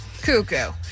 cuckoo